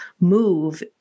move